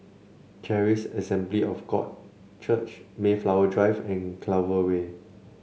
Charis Assembly of God Church Mayflower Drive and Clover Way